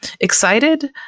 excited